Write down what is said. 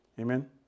Amen